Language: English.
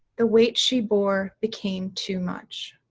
the weight she bore became too much.